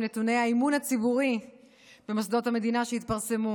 נתוני האמון הציבורי במוסדות המדינה שהתפרסמו.